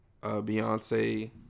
Beyonce